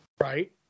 Right